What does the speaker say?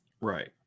right